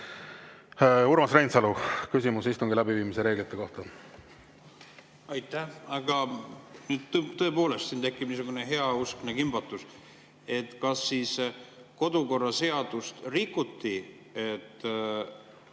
Urmas Reinsalu, küsimus istungi läbiviimise reeglite kohta. Aitäh! Tõepoolest, siin tekib niisugune heauskne kimbatus. Kas kodukorraseadust rikuti,